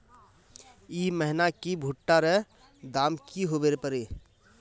ई महीना की भुट्टा र दाम की होबे परे?